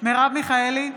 מרב מיכאלי,